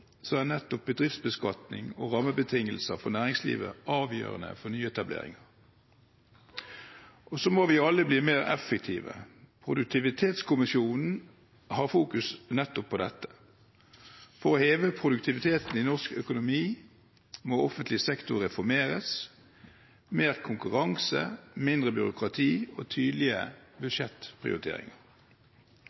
er nettopp bedriftsbeskatning og rammebetingelser for næringslivet avgjørende for nyetableringer. Så må vi alle bli mer effektive. Produktivitetskommisjonen har fokus nettopp på dette. For å heve produktiviteten i norsk økonomi må offentlig sektor reformeres – mer konkurranse, mindre byråkrati og tydelige budsjettprioriteringer.